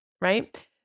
right